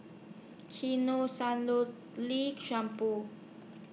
Lee Sebamed